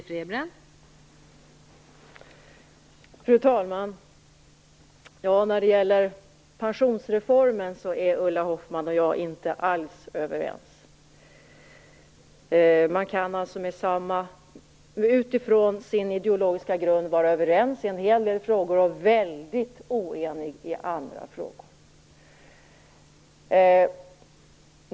Fru talman! När det gäller pensionsreformen är Ulla Hoffmann och jag inte alls överens. Man kan alltså utifrån sin ideologiska grund vara överens i en hel del frågor, men också väldigt oenig i andra frågor.